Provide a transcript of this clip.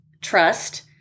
trust